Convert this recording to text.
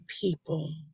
people